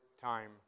time